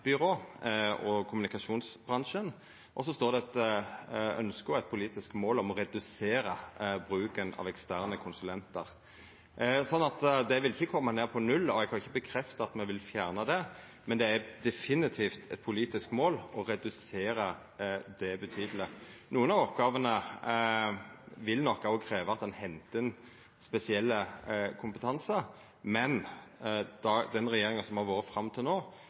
og kommunikasjonsbransjen, og så står det eit ønske og eit politisk mål om å redusera bruken av eksterne konsulentar. Det vil ikkje koma ned på null, og eg kan ikkje bekrefta at me vil fjerna det, men det er definitivt eit politisk mål å redusera det betydeleg. Nokre av oppgåvene vil nok òg krevja at ein hentar inn spesielle kompetansar, men den regjeringa som har vore fram til no,